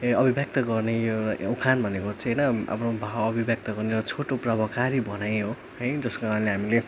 अभिव्यक्त गर्ने उखान भनेको चाहिँ होइन आफ्नो भाव अभिव्यक्त गर्ने एउटा छोटो प्रभावकारी भनाइ हो है जसको कारणले हामीले